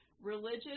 religious